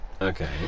Okay